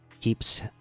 keeps